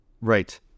Right